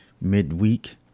midweek